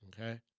Okay